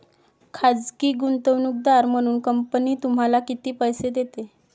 खाजगी गुंतवणूकदार म्हणून कंपनी तुम्हाला किती पैसे देते?